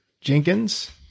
Jenkins